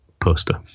poster